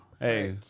hey